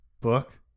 book